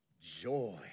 joy